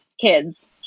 kids